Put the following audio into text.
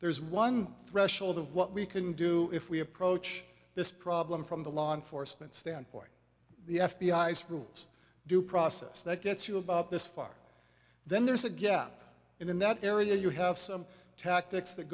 there's one threshold of what we can do if we approach this problem from the law enforcement standpoint the f b i s rules due process that gets you about this far then there's a gap in that area you have some tactics that